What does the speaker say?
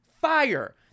fire